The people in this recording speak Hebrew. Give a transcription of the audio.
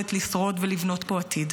וביכולת לשרוד ולבנות פה עתיד.